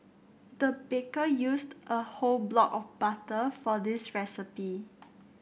the baker used a whole block of butter for this recipe